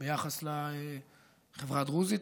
ביחס לחברה הדרוזית.